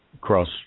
cross